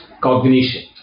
cognition